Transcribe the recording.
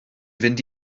fynd